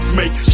make